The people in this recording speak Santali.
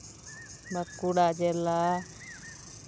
ᱵᱟᱸᱠᱩᱲᱟ ᱡᱮᱞᱟ